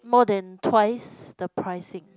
more than twice the pricing